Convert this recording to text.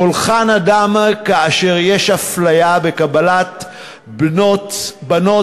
קולך נדם כאשר יש אפליה בקבלת בנות בנות